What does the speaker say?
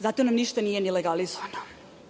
i zato nam ništa nije ni legalizovano.